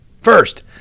First